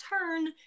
turn